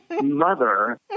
Mother